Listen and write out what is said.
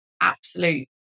absolute